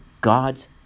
God's